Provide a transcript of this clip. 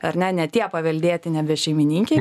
ar ne ne tie paveldėtini nebešeimininkiai